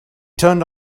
turned